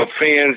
fans